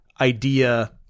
idea